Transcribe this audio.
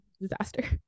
disaster